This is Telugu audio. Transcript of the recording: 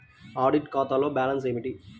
ఆడిట్ ఖాతాలో బ్యాలన్స్ ఏమిటీ?